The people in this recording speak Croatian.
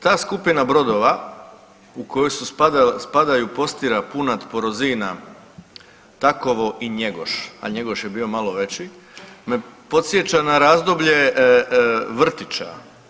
Ta skupina brodova u koje spadaju Postira, Punat, POrozina, Takovo i Njegoš, a Njegoš je bio malo veći me podsjeća na razdoblje vrtića.